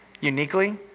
Uniquely